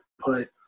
put